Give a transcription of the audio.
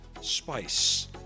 spice